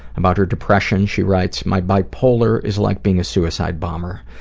about her depression, she writes, my bipolar is like being a suicide bomber.